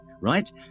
right